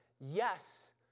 yes